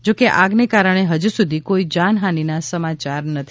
જો કે આગને કારણે હજી સુધી કોઈ જાનહાનિના સમાચાર નથી